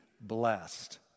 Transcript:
blessed